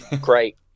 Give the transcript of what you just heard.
Great